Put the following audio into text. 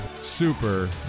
Super